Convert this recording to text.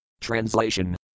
Translation